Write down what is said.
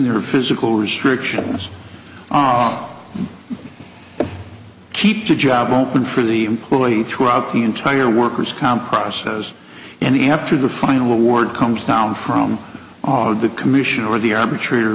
their physical restrictions and keep the job open for the employee throughout the entire worker's comp process and after the final award comes down from the commission or the arbitrator